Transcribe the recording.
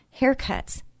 haircuts